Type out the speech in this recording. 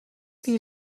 few